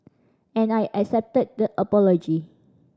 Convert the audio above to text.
and I accepted the apology